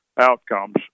outcomes